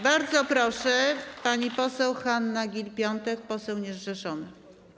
Bardzo proszę, pani poseł Hanna Gill-Piątek, poseł niezrzeszony.